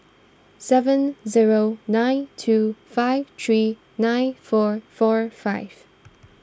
seven zero nine two five three nine four four five